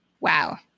Wow